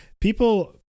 people